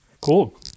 Cool